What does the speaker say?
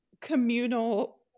communal